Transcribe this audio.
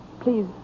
Please